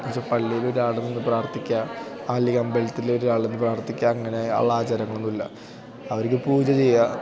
എന്നു വെച്ചാൽ പള്ളിയിലൊരാൾ നിന്ന് പ്രാർത്ഥിക്കുക അതല്ലെങ്കിൽ അമ്പലത്തിലൊരാൾ നിന്ന് പ്രാർത്ഥിക്കുക അങ്ങനെ ഉള്ള ആചാരങ്ങളൊന്നുമില്ല അവർക്ക് പൂജ ചെയ്യുക